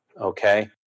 Okay